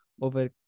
over